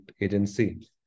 agency